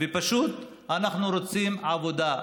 ופשוט אנחנו רוצים עבודה.